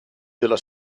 della